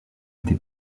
été